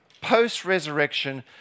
post-resurrection